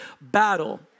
battle